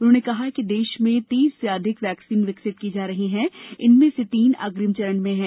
उन्होंने कहा कि देश में तीस से अधिक वैक्सीन विकसित की जा रही है और इनमें से तीन अग्रिम चरण में है